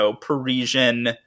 Parisian